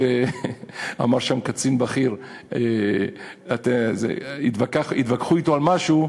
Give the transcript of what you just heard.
התווכחו עם קצין בכיר על משהו,